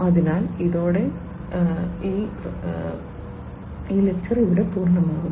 അതിനാൽ ഇതോടെ ഞങ്ങൾ അവസാനിക്കുന്നു